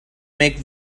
make